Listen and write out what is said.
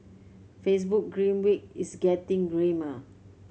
Facebook grim week is getting grimmer